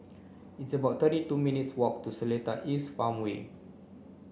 it's about thirty two minutes' walk to Seletar East Farmway